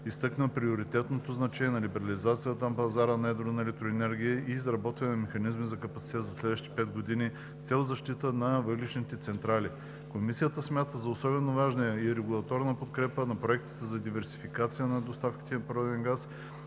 изтъкна приоритетното значение на либерализацията на пазара на едро на електроенергия и изработване на механизмите за капацитет за следващите 5 години с цел защита на въглищните централи. Комисията смята за особено важна и регулаторната подкрепа на проектите за диверсификация на доставките на природен газ